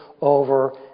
over